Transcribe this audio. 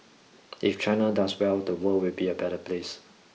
if China does well the world will be a better place